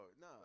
no